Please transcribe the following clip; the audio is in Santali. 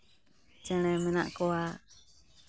ᱪᱮᱬᱮ ᱢᱮᱱᱟᱜ ᱠᱚᱣᱟ